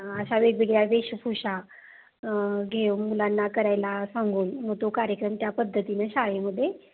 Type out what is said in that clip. अशा वेगवेगळ्या वेशभूषा घेऊ मुलांना करायला सांगून मग तो कार्यक्रम त्या पद्धतीने शाळेमध्ये